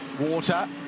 water